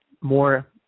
more